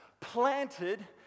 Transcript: planted